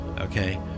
Okay